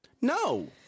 No